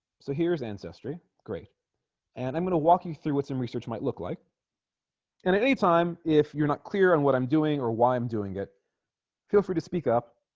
so here's ancestry great and i'm gonna walk you through what some research might look like and at any time if you're not clear on what i'm doing or why i'm doing it feel free to speak up